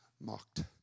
mocked